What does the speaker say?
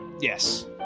Yes